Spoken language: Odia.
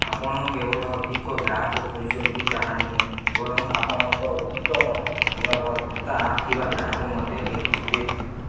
ଆପଣ କେବଳ ଅଧିକ ଗ୍ରାହକ ଖୋଜୁଛନ୍ତି ତାହା ନୁହେଁ ବରଂ ଆପଣଙ୍କ ଉତ୍ତମ ଗୁଣବର୍ତ୍ତା ଥିବା ଗ୍ରାହକ ମଧ୍ୟ ଦେଖୁଥିବେ